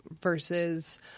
versus